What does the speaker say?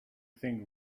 think